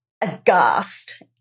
aghast